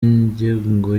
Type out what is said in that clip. ingengo